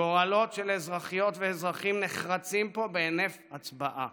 גורלות של אזרחיות ואזרחים נחרצים פה בהינף הצבעה,